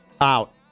out